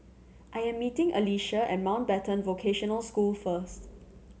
I am meeting Alycia at Mountbatten Vocational School first